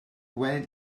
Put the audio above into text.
when